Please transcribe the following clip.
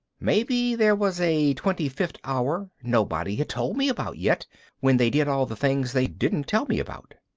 maybe there was a twenty fifth hour nobody had told me about yet when they did all the things they didn't tell me about.